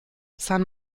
san